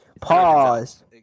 Pause